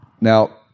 Now